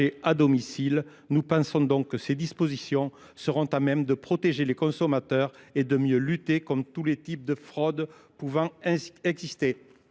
à domicile. Nous pensons donc que ces dispositions seront à même de protéger les consommateurs et de mieux lutter contre tous les types de fraudes pouvant exister.